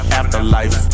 afterlife